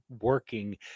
working